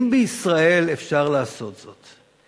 אם בישראל אפשר לעשות זאת,